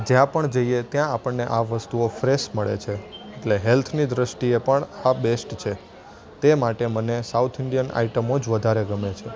જ્યાં પણ જઈએ ત્યાં આપણને આ વસ્તુઓ ફ્રેશ મળે છે એટલે હેલ્થની દૃષ્ટિએ પણ આ બેસ્ટ છે તે માટે મને સાઉથ ઇંડિયન આઇટમો જ વધારે ગમે છે